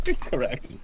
Correct